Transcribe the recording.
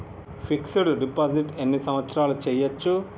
Fix డ్ deposit ఎన్ని సంవత్సరాలు చేయచ్చు?